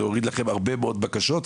זה יוריד לכם הרבה מאד בקשות,